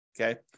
Okay